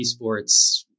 esports